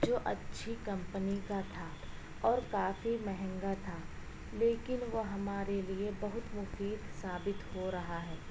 جو اچھی کمپنی کا تھا اور کافی مہنگا تھا لیکن وہ ہمارے لیے بہت مفید ثابت ہو رہا ہے